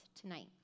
tonight